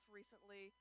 recently